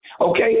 Okay